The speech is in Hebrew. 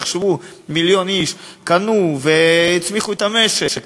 תחשבו: מיליון איש קנו והצמיחו את המשק,